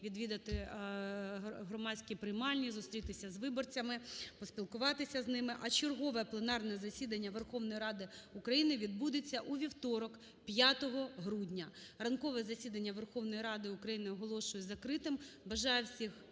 відвідати громадські приймальні, зустрітися з виборцями, поспілкуватися з ними. А чергове пленарне засідання Верховної Ради України відбудеться у вівторок 5 грудня. Ранкове засідання Верховної Ради України оголошую закритим.